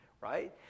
right